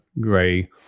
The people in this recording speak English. gray